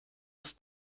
ist